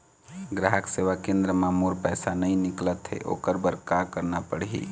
ग्राहक सेवा केंद्र म मोर पैसा नई निकलत हे, ओकर बर का करना पढ़हि?